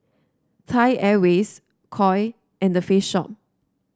Thai Airways Koi and The Face Shop